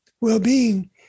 well-being